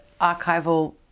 archival